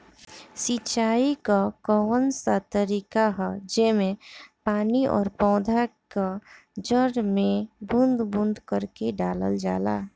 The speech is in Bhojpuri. सिंचाई क कउन सा तरीका ह जेम्मे पानी और पौधा क जड़ में बूंद बूंद करके डालल जाला?